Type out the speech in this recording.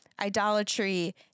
idolatry